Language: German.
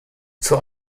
zur